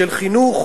של חינוך